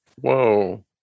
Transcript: Whoa